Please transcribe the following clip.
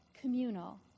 communal